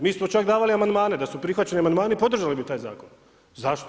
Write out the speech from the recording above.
Mi smo čak i davali amandmane, da su prihvaćeni amandmani podržali bi taj zakon, zašto?